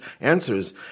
answers